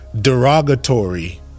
derogatory